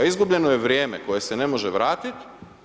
Izgubljeno je vrijeme koje se ne može vratiti.